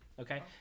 okay